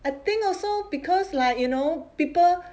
I think also because like you know people